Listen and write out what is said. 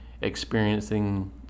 experiencing